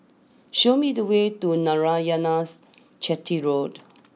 show me the way to Narayanan's Chetty Road